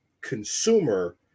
consumer